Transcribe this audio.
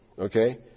okay